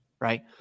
Right